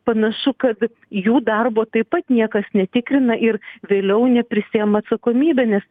panašu kad jų darbo taip pat niekas netikrina ir vėliau neprisiima atsakomybę nes